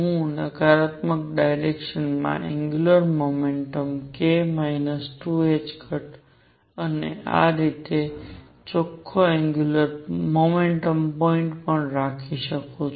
હું નકારાત્મક ડાયરેક્શન માં એંગ્યુંલર મોમેન્ટમ k 2ℏ અને આ રીતે ચોખ્ખો એંગ્યુંલર મોમેન્ટમ પોઇન્ટ પણ રાખી શકું છું